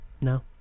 No